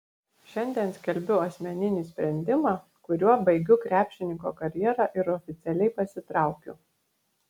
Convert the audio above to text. šiandien skelbiu asmeninį sprendimą kuriuo baigiu krepšininko karjerą ir oficialiai pasitraukiu